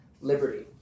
liberty